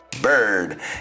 Bird